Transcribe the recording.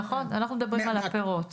נכון, אנחנו מדברים על הפירות.